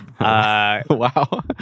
Wow